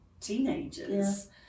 teenagers